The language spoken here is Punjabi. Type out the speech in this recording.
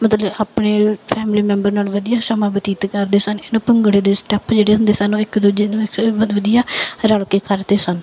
ਮਤਲਬ ਆਪਣੇ ਫੈਮਲੀ ਮੈਂਬਰ ਨਾਲ ਵਧੀਆ ਸਮਾਂ ਬਤੀਤ ਕਰਦੇ ਸਨ ਇਹਨੂੰ ਭੰਗੜੇ ਦੇ ਸਟੈਪ ਜਿਹੜੇ ਹੁੰਦੇ ਸਨ ਉਹ ਇੱਕ ਦੂਜੇ ਨੂੰ ਵਧੀਆ ਰਲ ਕੇ ਕਰਦੇ ਸਨ